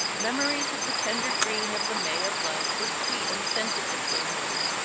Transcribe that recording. memories of the tender green of the may of love were sweet and scented between them.